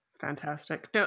fantastic